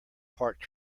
parked